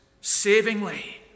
Savingly